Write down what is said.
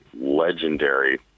legendary